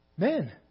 Men